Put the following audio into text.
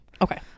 Okay